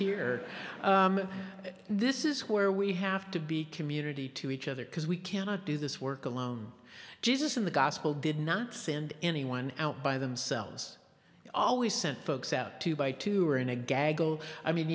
here this is where we have to be community to each other because we cannot do this work alone jesus in the gospel did not send anyone out by themselves always sent folks out to buy two or in a gaggle i mean